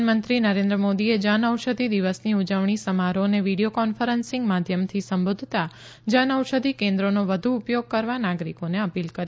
પ્રધાનમંત્રી નરેન્દ્ર મોદીએ જનઔષધિ દિવસની ઉજવણી સમારોહને વીડિયો કોન્ફરન્સિંગ માધ્યમથી સંબોધતા જનઔષધિ કેન્દ્રોનો વધુ ઉપયોગ કરવા નાગરિકોને અપીલ કરી